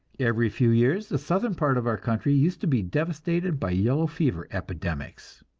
every few years the southern part of our country used to be devastated by yellow fever epidemics.